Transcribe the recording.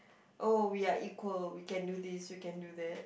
oh we are equal we can do this we can do that